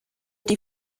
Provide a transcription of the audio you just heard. die